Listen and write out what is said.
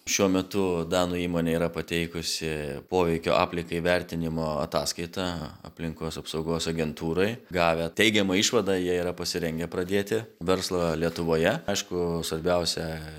šiuo metu danų įmonė yra pateikusi poveikio aplinkai vertinimo ataskaitą aplinkos apsaugos agentūrai gavę teigiamą išvadą jie yra pasirengę pradėti verslą lietuvoje aišku svarbiausia